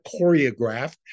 choreographed